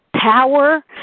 power